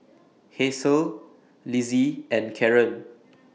Hasel Lizzie and Karen